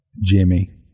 Jimmy